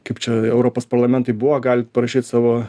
kaip čia europos parlamentui buvo galit parašyt savo